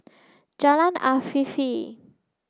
Jalan Afifi